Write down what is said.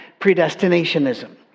predestinationism